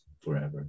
forever